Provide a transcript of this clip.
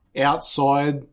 outside